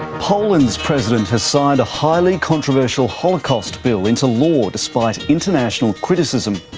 poland's president has signed a highly controversial holocaust bill into law, despite international criticism.